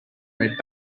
red